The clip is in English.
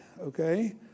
okay